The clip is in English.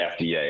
FDA